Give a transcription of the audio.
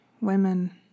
women